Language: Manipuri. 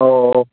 ꯑꯧ ꯑꯧ ꯑꯧ